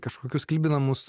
kažkokius klibinamus